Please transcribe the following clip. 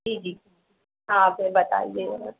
जी जी हाँ फिर बताइए मैडम